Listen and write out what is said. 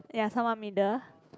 ya some one middle